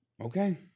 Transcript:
Okay